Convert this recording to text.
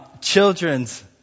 children's